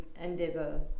endeavor